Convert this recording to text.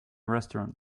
restaurant